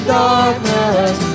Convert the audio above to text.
darkness